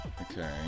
okay